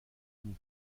d’une